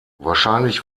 wahrscheinlich